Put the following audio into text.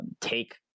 take